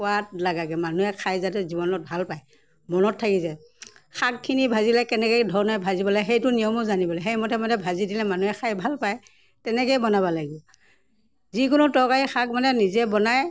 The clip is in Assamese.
সোৱাদ লগাকৈ মানুহে খাই যাতে জীৱনত ভাল পায় মনত থাকি যায় শাকখিনি ভাজিলে কেনেকৈ ধৰণেৰে ভাজিব লাগে সেইটো নিয়মো জানিব লাগে সেইমতে মতে ভাজি দিলে মানুহে খাই ভাল পায় তেনেকৈয়ে বনাব লাগিব যিকোনো তৰকাৰী শাক মানে নিজে বনাই